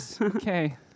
Okay